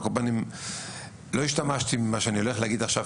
על כל פנים לא השתמשתי במה שאני הולך להגיד עכשיו